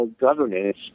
governance